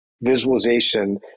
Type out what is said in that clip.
visualization